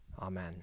Amen